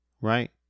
right